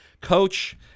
Coach